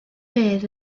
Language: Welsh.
fedd